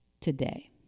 today